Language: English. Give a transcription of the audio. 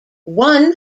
one